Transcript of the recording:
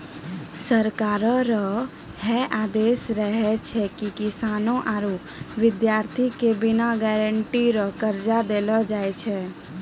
सरकारो रो है आदेस रहै छै की किसानो आरू बिद्यार्ति के बिना गारंटी रो कर्जा देलो जाय छै